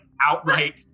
outright